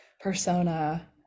persona